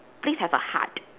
please have a heart